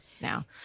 now